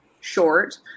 short